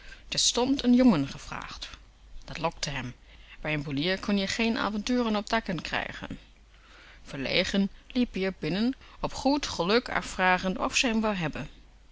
terstond n jongen gevraagd dat lokte m bij n poelier kon je geen avonturen op dàken krijgen verlegen liep-ie r binnen op goed geluk af vragend of ze m hebben